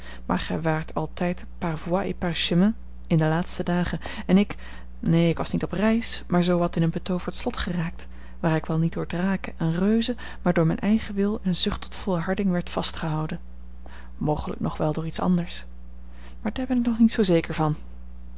maar gij waart altijd par voies et par chemins in de laatste dagen en ik neen ik was niet op reis maar zoo wat in een betooverd slot geraakt waar ik wel niet door draken en reuzen maar door mijn eigen wil en zucht tot volharding werd vastgehouden mogelijk nog wel door iets anders maar daar ben ik nog niet zoo zeker van